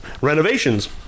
renovations